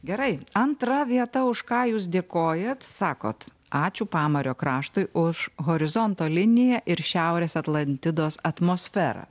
gerai antra vieta už ką jūs dėkojat sakot ačiū pamario kraštui už horizonto liniją ir šiaurės atlantidos atmosferą